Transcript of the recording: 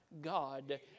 God